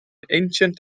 ancient